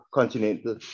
kontinentet